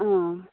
आं